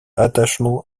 attachement